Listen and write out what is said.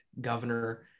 governor